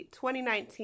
2019